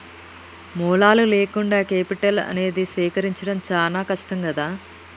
మూలాలు లేకుండా కేపిటల్ అనేది సేకరించడం చానా కష్టం గదా